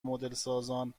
مدلسازان